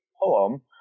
poem